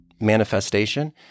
manifestation